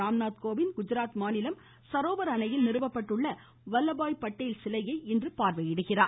ராம்நாத் கோவிந்த் குஜராத் மாநிலம் சரோவர் அணையில் நிறுவப்பட்டுள்ள வல்லபாய் பட்டேலின் சிலையை இன்று பார்வையிடுகிறார்